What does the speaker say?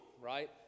Right